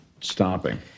stopping